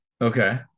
Okay